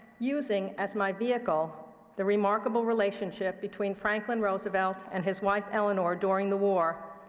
using as my vehicle the remarkable relationship between franklin roosevelt and his wife, eleanor, during the war,